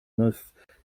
neuf